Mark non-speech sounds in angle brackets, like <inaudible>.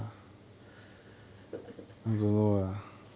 <laughs>